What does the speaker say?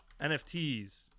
NFTs